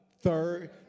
Third